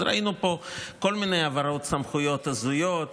אז ראינו פה כל מיני העברות סמכויות הזויות,